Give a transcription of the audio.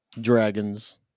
Dragons